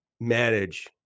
manage